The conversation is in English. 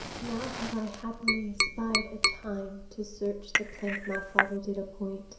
now have i happily espied a time to search the plank my father did appoint